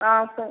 ஆ சொல்